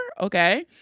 okay